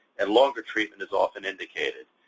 and longer treatment is often indicated.